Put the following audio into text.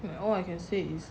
and all I can say is